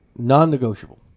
Non-negotiable